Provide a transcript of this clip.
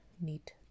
neat